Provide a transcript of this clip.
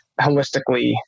holistically